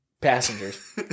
passengers